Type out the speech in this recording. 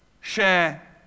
share